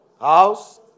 House